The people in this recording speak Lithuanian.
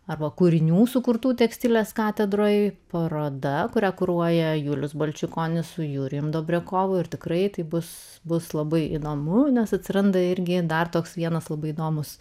arba kūrinių sukurtų tekstilės katedroje paroda kurią kuruoja julius balčikonis su jurijumi ir tikrai tai bus bus labai įdomu nes atsiranda irgi dar toks vienas labai įdomus